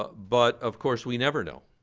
ah but of course, we never know.